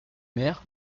mers